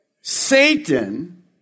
Satan